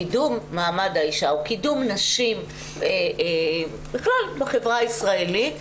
קידום מעמד האישה או קידום נשים בכלל בחברה הישראלית,